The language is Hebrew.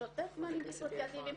יש יותר סימנים דיסוציאטיביים,